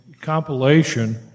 compilation